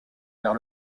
vers